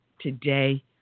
today